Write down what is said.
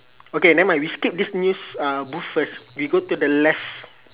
okay never mind we skip this news uh booth first we go to the left